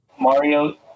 Mario